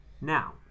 Now